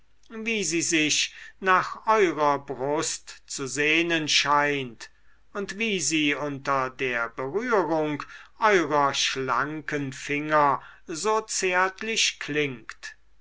wie sie sich nach eurer brust zu sehnen scheint und wie sie unter der berührung eurer schlanken finger so zärtlich klingt